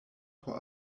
por